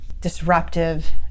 disruptive